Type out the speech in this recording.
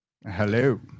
Hello